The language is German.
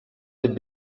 den